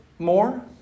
More